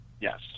Yes